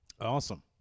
Awesome